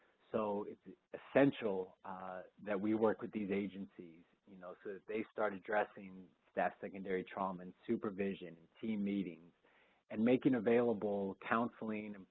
so it's essential that we work with these agencies you know so that they start addressing staff secondary trauma in supervision and team meetings and making available counseling,